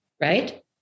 right